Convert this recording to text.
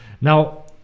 Now